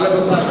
טלב אלסאנע.